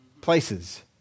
places